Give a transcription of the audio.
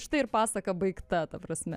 štai ir pasaka baigta ta prasme